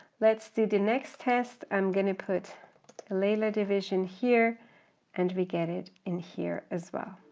let's do the next test i'm going to put leila division here and we get it in here as well.